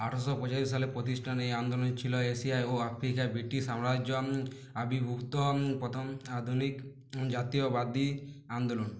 আঠেরোশো পঁচাশি সালে প্রতিষ্ঠানে এই আন্দোলন ছিলো এশিয়া ও আফ্রিকায় ব্রিটিশ সাম্রাজ্যে আবির্ভূত প্রথম আধুনিক জাতীয়তাবাদী আন্দোলন